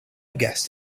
guessed